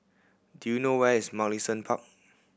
do you know where is Mugliston Park